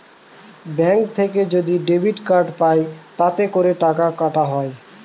bank থেকে যদি debit card পাই তাতে করে টাকা কাটা হয়